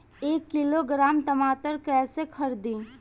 एक किलोग्राम टमाटर कैसे खरदी?